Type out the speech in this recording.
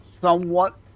somewhat